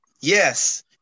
Yes